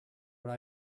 what